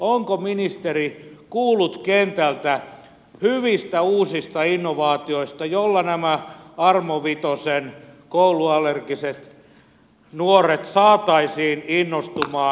onko ministeri kuullut kentältä hyvistä uusista innovaatioista joilla nämä armovitosen kouluallergiset nuoret saataisiin innostumaan